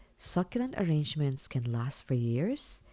succulent arrangements can last for years,